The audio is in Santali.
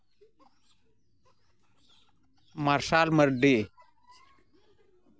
ᱢᱟᱨᱥᱟᱞ ᱢᱟᱨᱰᱤ